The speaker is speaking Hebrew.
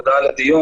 תודה על הדיון,